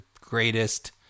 greatest